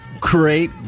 great